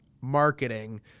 marketing